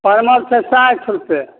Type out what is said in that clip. परमल छै साठि रुपैये